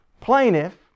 plaintiff